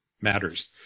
matters